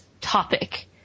topic